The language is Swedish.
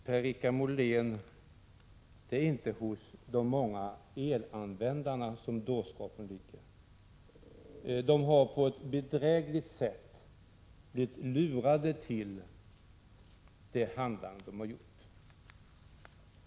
Fru talman! Det är, Per-Richard Molén, inte hos de många elanvändarna som dårskapen ligger. De har på ett bedrägligt sätt blivit lurade till sitt handlande.